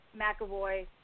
McAvoy